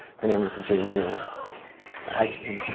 her name is jane mueller hi, jane!